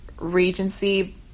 regency